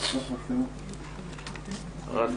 לנושא של סרטן צוואר הרחם, תראה,